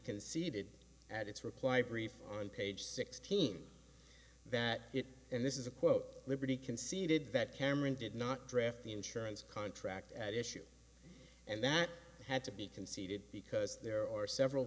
conceded at its reply brief on page sixteen that it and this is a quote liberty conceded that cameron did not draft the insurance contract at issue and that had to be conceded because there are several